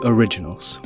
Originals